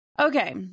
Okay